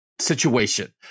situation